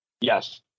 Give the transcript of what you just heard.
yes